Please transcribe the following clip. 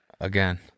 again